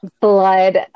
Blood